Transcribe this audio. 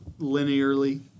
linearly